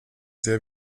sehr